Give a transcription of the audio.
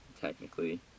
technically